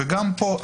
וגם פה.